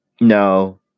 No